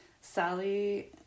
Sally